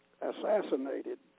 assassinated